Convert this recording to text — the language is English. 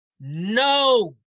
no